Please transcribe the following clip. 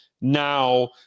now